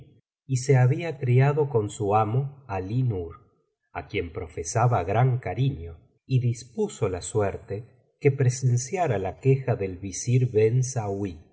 y se había criado con su amo ali nur á quien profesaba gran cariño y dispuso la suerte que presenciara la queja del visir ben sauí y